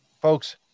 folks